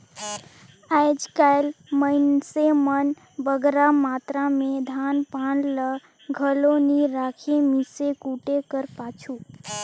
आएज काएल मइनसे मन बगरा मातरा में धान पान ल घलो नी राखें मीसे कूटे कर पाछू